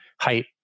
height